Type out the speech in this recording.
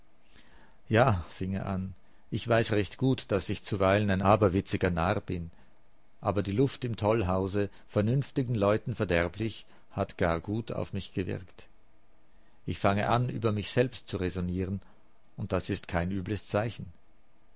ja fing er an ich weiß recht gut daß ich zuweilen ein aberwitziger narr bin aber die luft im tollhause vernünftigen leuten verderblich hat gar gut auf mich gewirkt ich fange an über mich selbst zu räsonieren und das ist kein übles zeichen